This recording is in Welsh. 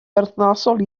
berthnasol